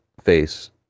face